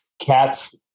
cats